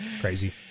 Crazy